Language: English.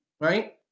right